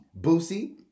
Boosie